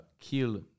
kill